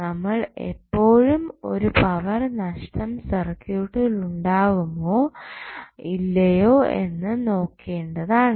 നമ്മൾ എപ്പോഴും ഒരു പവർ നഷ്ടം സർക്യൂട്ടിൽ ഉണ്ടാകുമോ ഇല്ലയോ എന്ന് നോക്കേണ്ടതാണ്